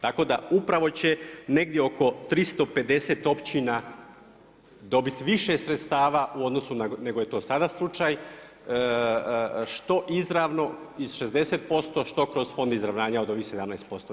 Tako da upravo će negdje oko 350 općina dobiti više sredstava u odnosu nego je to sada slučaj što izravno i 60% što kroz fond izravnanja od ovih 17%